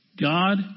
God